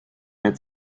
mehr